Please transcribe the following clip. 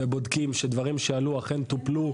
ובודקים שדברים שהועלו אכן טופלו,